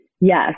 Yes